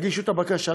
תגישו את הבקשה,